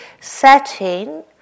setting